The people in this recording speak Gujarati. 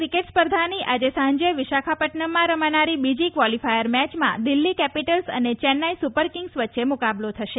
ક્રિકેટ સ્પર્ધાની આજે સાંજે વિશાખાપદ્દનમમાં રમાનારી બીજી ક્વાલીફાયર મેચમાં દિલ્ફી કેપીટલ્સ અને ચેન્નાઈ સુપર કિંગ્સ વચ્ચે મુકાબલો થશે